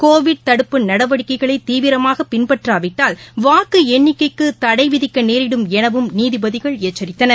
Covid தடுப்பு நடவடிக்கைகளை தீவிரமாக பின்பற்றாவிட்டால் வாக்கு எண்ணிக்கைக்கு தடை விதிக்க நேரிடும் எனவும் நீதிபதிகள் எச்சரித்தனர்